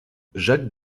jacques